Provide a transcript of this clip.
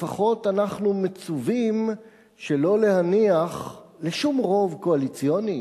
לפחות אנחנו מצווים שלא להניח לשום רוב קואליציוני